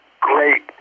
great